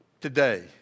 today